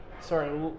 sorry